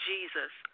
Jesus